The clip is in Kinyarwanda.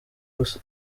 gusa